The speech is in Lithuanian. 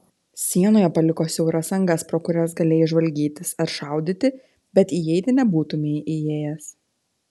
sienoje paliko siauras angas pro kurias galėjai žvalgytis ar šaudyti bet įeiti nebūtumei įėjęs